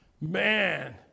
Man